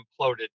imploded